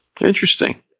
Interesting